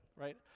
right